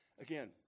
again